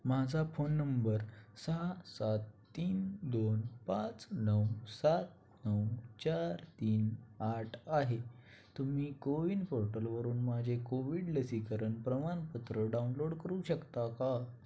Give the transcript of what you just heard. माझा phone number सहा सात तीन दोन पाच नऊ सात नऊ चार तीन आठ आहे तुम्ही कोविन र्टलवरून माझे कोविड लसीकरण प्रमाणपत्र डाउनलोड करू शकता का